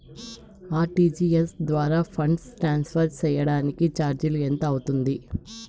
RTGS ద్వారా funds transfer సేయడానికి చార్జీలు ఎంత అవుతుంది